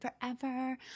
forever